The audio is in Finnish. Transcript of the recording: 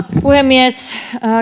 puhemies